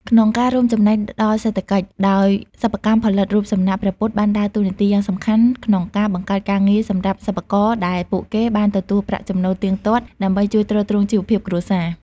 ក្នុងការរួមចំណែកដល់សេដ្ឋកិច្ច ដោយសិប្បកម្មផលិតរូបសំណាកព្រះពុទ្ធបានដើរតួនាទីយ៉ាងសំខាន់ក្នុងការ បង្កើតការងារសម្រាប់សិប្បករ ដែលពួកគេបានទទួលប្រាក់ចំណូលទៀងទាត់ដើម្បីជួយទ្រទ្រង់ជីវភាពគ្រួសារ។